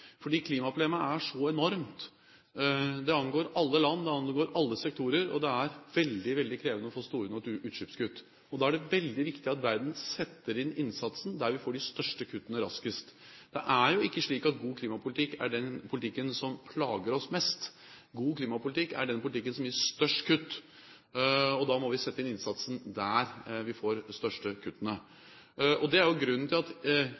fordi klimaproblemet er så enormt. Det angår alle land, og det angår alle sektorer, og det er veldig, veldig krevende å få store nok utslippskutt. Da er det veldig viktig at verden setter inn innsatsen der vi får de største kuttene raskest. Det er jo ikke slik at god klimapolitikk er den politikken som plager oss mest. God klimapolitikk er den politikken som gir størst kutt, og da må vi sette inn innsatsen der vi får de største kuttene. Det er jo grunnen til at